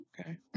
Okay